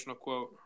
quote